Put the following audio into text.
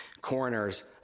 coroners